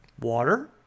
Water